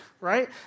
right